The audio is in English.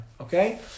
Okay